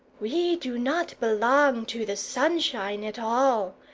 we do not belong to the sunshine at all.